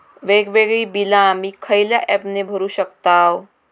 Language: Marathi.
वेगवेगळी बिला आम्ही खयल्या ऍपने भरू शकताव?